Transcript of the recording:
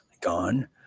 gone